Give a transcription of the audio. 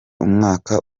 umwaka